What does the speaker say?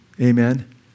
Amen